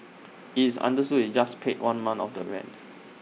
IT is understood he just paid one month of the rent